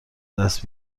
دست